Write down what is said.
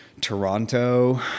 Toronto